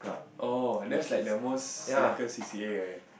oh that's like the most slackest c_c_a right